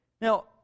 Now